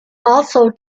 also